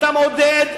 אתה מעודד,